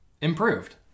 improved